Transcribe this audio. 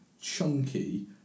chunky